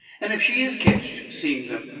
and if she is ketched seeing them,